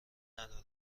ندارن